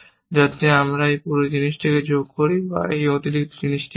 যাতে আমরা এই পুরো জিনিসটি যোগ করি বা এই অতিরিক্ত জিনিসটি করি